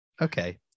Okay